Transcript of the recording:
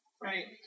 Right